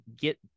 get